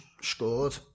scored